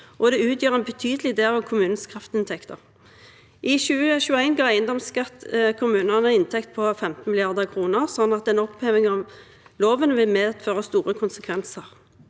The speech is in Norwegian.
og det utgjør en betydelig del av kommunenes kraftinntekter. I 2021 ga eiendomsskatt kommunene inntekt på 15 mrd. kr, så en oppheving av loven vil medføre store konsekvenser.